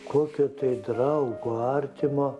kokio tai draugo artimo